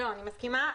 אני מסכימה.